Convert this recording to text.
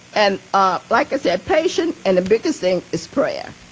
and, ah, like i said, patience and the biggest thing is prayer